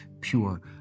pure